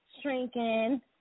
shrinking